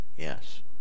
Yes